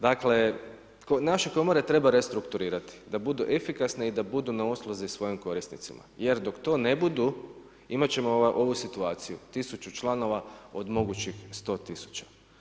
Dakle, naše komore treba restrukturirati, da budu efikasni i da budu na usluzi svojim korisnicima, jer dok to ne budu, imati ćemo ovu situaciju, 1000 članova, od mogućih 100000.